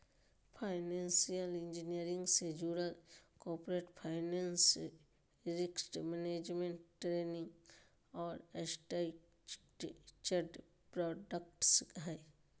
financial engineering से जुडल corporate finance, risk management, trading और स्ट्रक्चर्ड प्रॉडक्ट्स हय